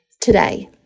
today